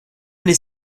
les